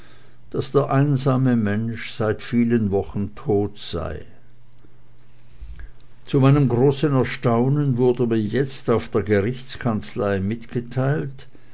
daß der einsame mensch seit vielen wochen tot sei zu meinem großen erstaunen wurde mir jetzt auf der gerichtskanzlei mitgeteilt